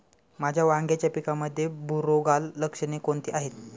माझ्या वांग्याच्या पिकामध्ये बुरोगाल लक्षणे कोणती आहेत?